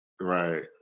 Right